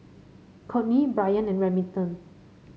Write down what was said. Kourtney Brien and Remington